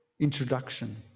introduction